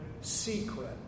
secret